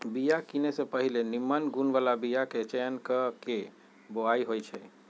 बिया किने से पहिले निम्मन गुण बला बीयाके चयन क के बोआइ होइ छइ